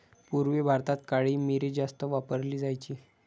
पूर्वी भारतात काळी मिरी जास्त वापरली जायची